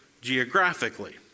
geographically